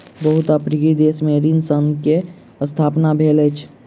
बहुत अफ्रीकी देश में ऋण संघ के स्थापना भेल अछि